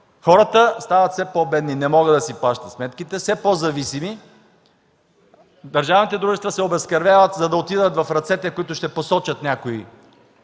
Хората стават все по-бедни – не могат да си плащат сметките, все по-зависими; държавните дружества се обезкървяват, за да отидат в ръцете, които ще посочат някои